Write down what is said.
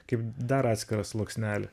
kaip dar atskirą sluoksnelį